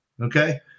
Okay